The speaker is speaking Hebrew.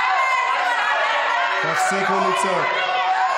תפסיקו לצעוק.